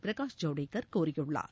பிரகாஷ் ஜவடேகர் கூறியுள்ளார்